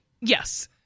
yes